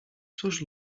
cóż